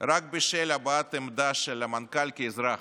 רק בשל הבעת עמדה של המנכ"ל כאזרח.